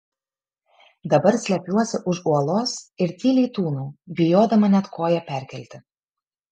dabar slepiuosi už uolos ir tyliai tūnau bijodama net koją perkelti